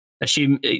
assume